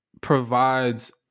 provides